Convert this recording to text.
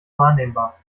wahrnehmbar